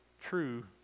true